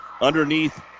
underneath